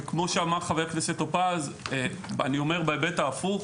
כמו שאמר חבר הכנסת טור פז, אני אומר בהיבט ההפוך: